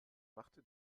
machte